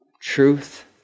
Truth